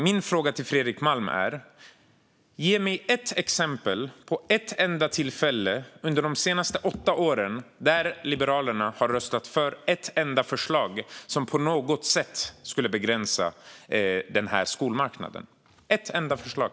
Min fråga till Fredrik Malm är om han kan ge mig ett exempel på ett enda tillfälle under de senaste åtta åren då Liberalerna har röstat för ett enda förslag som på något sätt skulle begränsa den här skolmarknaden - ett enda förslag.